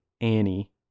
Annie